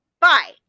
bye